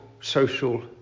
social